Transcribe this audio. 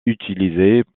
utilisées